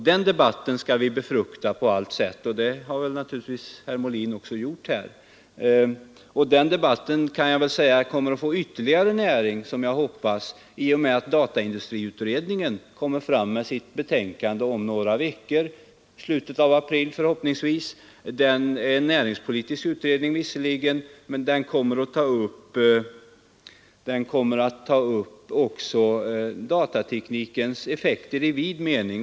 Den debatten skall vi befrukta på allt sätt, och det har naturligtvis också herr Molin gjort. Jag hoppas också att den debatten kommer att få ytterligare näring i och med att dataindustriutredningen lägger fram sitt betänkande om några veckor — i slutet av april förhoppningsvis. Det är visserligen en näringspolitisk utredning, men den tar även upp datateknikens effekter i vid mening.